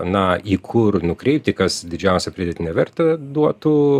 na į kur nukreipti kas didžiausią pridėtinę vertę duotų